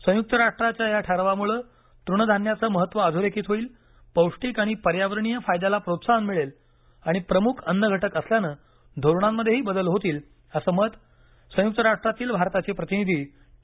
संयुक्त राष्ट्राच्या या ठरावामुळं तृणधान्याचं महत्त्व अधोरेखित होईल पौष्टिक आणि पर्यावरणीय फायद्याला प्रोत्साहन मिळेल आणि प्रमुख अन्नघटक असल्यानं धोरणामध्येही बदल होतील असं मत संयुक्त राष्ट्रातील भारताचे प्रतिनिधी टी